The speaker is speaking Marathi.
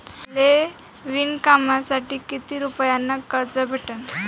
मले विणकामासाठी किती रुपयानं कर्ज भेटन?